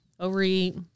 overeat